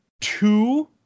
two